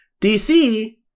DC –